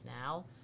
now